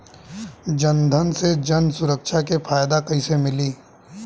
जनधन से जन सुरक्षा के फायदा कैसे मिली?